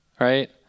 right